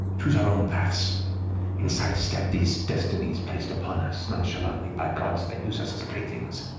choose our own paths and sidestep these destinies placed upon us nonchalantly by gods that use us as playthings.